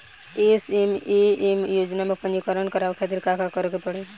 SMAM योजना में पंजीकरण करावे खातिर का का करे के पड़ी?